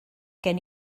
gen